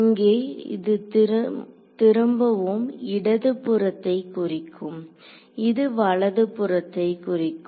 இங்கே இது திரும்பவும் இடது புறத்தை குறிக்கும் இது வலது புறத்தை குறிக்கும்